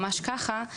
ממש ככה.